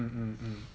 mm mm